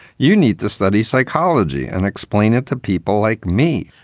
you need to study psychology and explain it to people like me.